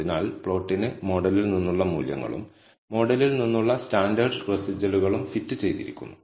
അതിനാൽ പ്ലോട്ടിന് മോഡലിൽ നിന്നുള്ള മൂല്യങ്ങളും മോഡലിൽ നിന്നുള്ള സ്റ്റാൻഡേർഡ് റെസിജ്വലുകളും ഫിറ്റ് ചെയ്തിരിക്കുന്നു